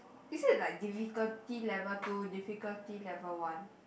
is it like difficulty level two difficulty level one